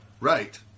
Right